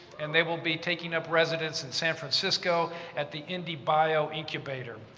and they will be taking up residence in san francisco at the indiebio incubator,